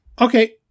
Okay